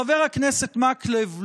חבר הכנסת מקלב,